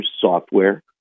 software